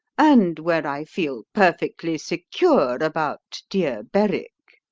and where i feel perfectly secure about dear berwick.